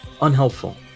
unhelpful